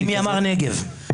--- אמר נגב.